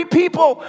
people